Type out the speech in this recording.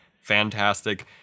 Fantastic